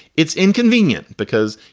it's inconvenient because,